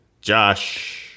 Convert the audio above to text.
Josh